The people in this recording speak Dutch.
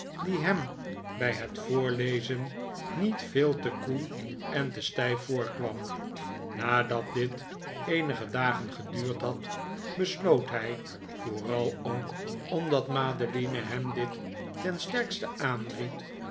die hem bij het voorlezen niet veel te koel en te stijf voorkwam nadat dit eenige dagen geduurd had besloot hij vooral ook omdat madeline hem dit ten sterkste aanried